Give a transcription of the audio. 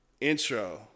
intro